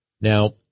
Now